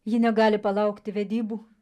ji negali palaukti vedybų